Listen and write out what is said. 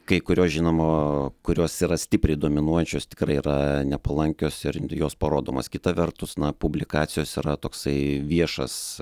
kai kurios žinoma kurios yra stipriai dominuojančios tikrai yra nepalankios ir jos parodomos kita vertus na publikacijos yra toksai viešas